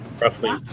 Roughly